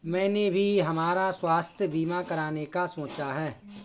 मैंने भी हमारा स्वास्थ्य बीमा कराने का सोचा है